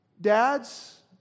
Dads